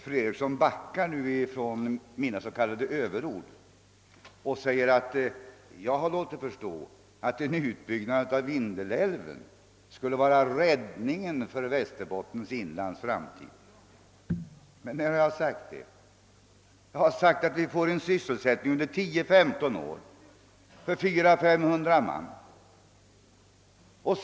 Fru Eriksson retirerar nu från talet om mina s.k. överord och förklarar att jag har låtit förstå att en utbyggnad av Vindelälven skulle vara räddningen för Västerbottens inlands framtid. När har jag påstått det? Jag har sagt att vi får sysselsättning under 10—15 år för 400 —5300 man.